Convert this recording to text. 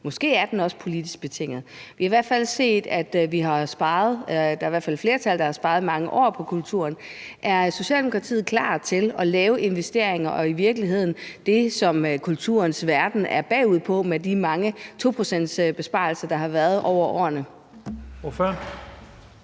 måske er den også politisk betinget. Vi har i hvert fald set, at der er et flertal, der i mange år har sparet på kulturen. Er Socialdemokratiet klar til at lave investeringer i forhold til det, som man i kulturens verden er bagud med med de mange 2-procentsbesparelser, der har været over årene?